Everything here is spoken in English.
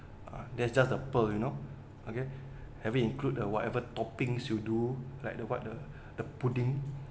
uh there's just a pearl you know okay haven't include the whatever toppings you do like the what the the pudding